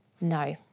No